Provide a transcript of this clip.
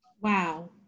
Wow